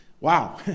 wow